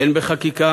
הן בחקיקה